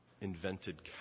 invented